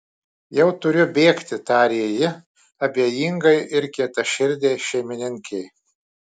jau turiu bėgti tarė ji abejingai ir kietaširdei šeimininkei